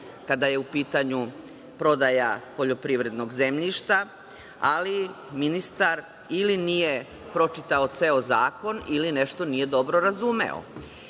kada je u pitanju prodaja poljoprivrednog zemljišta, ali ministar ili nije pročitao ceo zakon, ili nešto nije dobro razumeo.